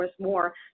more